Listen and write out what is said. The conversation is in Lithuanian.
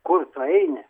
kur tu eini